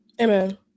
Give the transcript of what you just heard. Amen